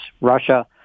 Russia